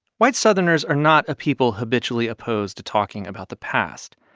white southerners are not a people habitually opposed to talking about the past.